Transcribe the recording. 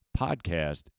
podcast